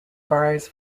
bars